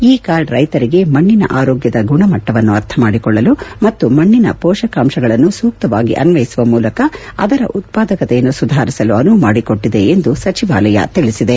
ಈ ಕಾರ್ಡ್ ರೈತರಿಗೆ ಮಣ್ಣಿನ ಆರೋಗ್ಯದ ಗುಣಮಣ್ವವನ್ನು ಅರ್ಥಮಾಡಿಕೊಳ್ಳಲು ಮತ್ತು ಮಣ್ಣಿನ ಪೋಷಕಾಂಶಗಳನ್ನು ಸೂಕ್ತವಾಗಿ ಅನ್ವಯಿಸುವ ಮೂಲಕ ಅದರ ಉತ್ಪಾದಕತೆಯನ್ನು ಸುಧಾರಿಸಲು ಅನುವು ಮಾಡಿಕೊಟ್ಟಿದೆ ಎಂದು ಸಚಿವಾಲಯ ತಿಳಿಸಿದೆ